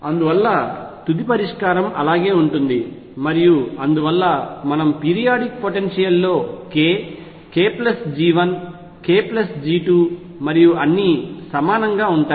అందువల్ల తుది పరిష్కారం అలాగే ఉంటుంది మరియు అందువల్ల మనము పీరియాడిక్ పొటెన్షియల్ లో k kG1 kG2 మరియు అన్నీ సమానంగా ఉంటాయి